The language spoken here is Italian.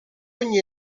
ogni